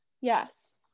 Yes